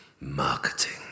marketing